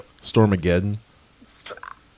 Stormageddon